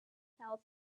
south